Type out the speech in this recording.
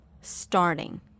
starting